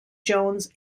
jones